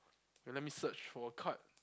let me search for a card